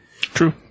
True